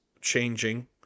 changing